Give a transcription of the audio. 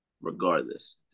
regardless